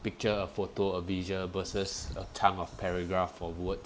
picture a photo a visual versus a chunk of paragraph of word